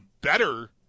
better